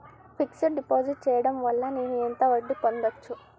Fix డ్ deposit చేయటం వల్ల నేను ఎంత వడ్డీ పొందచ్చు?